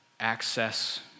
access